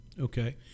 Okay